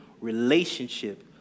relationship